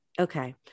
Okay